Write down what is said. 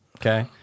okay